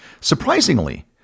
Surprisingly